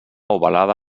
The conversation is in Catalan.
ovalada